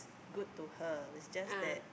good to her it's just that